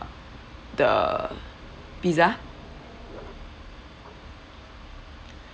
the pizza